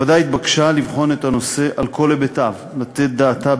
הוועדה התבקשה לבחון את הנושא על כל היבטיו ולתת דעתה,